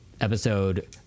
episode